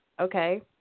Okay